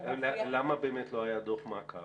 למה באמת לא היה דוח מעקב?